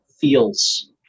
feels